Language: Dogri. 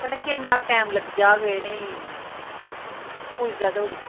कन्नै किन्ना क टैम लग्गी जाहग इ'नेंई पुजदे धोड़ी